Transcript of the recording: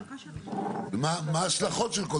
זאת אומרת,